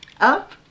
up